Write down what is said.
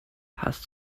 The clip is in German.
hast